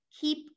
keep